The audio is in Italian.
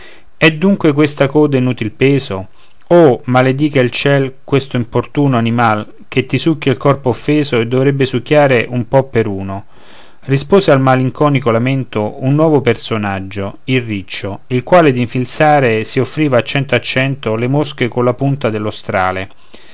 è dunque questa coda inutil peso oh maledica il ciel questo importuno animal che ti succhia il corpo offeso e dovrebbe succhiare un po per uno rispose al malinconico lamento un nuovo personaggio il riccio il quale d'infilzare si offriva a cento a cento le mosche colla punta dello strale